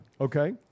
Okay